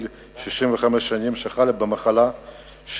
אולי כבוד השר יעלה עוד הפעם לדוכן הזה